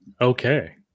Okay